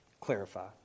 clarify